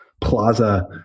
plaza